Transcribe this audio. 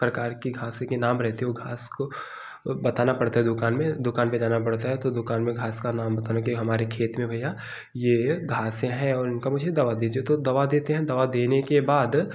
प्रकार के घास के नाम रहते ओ घास को बताना पड़ता है दुकान में दुकान में जाना पड़ता है तो दुकान में घास का नाम बताने के हमारे खेत में भईया यह घासें हैं और उनका मुझे दवा दीजिए तो दवा देते हैं दवा देने के बाद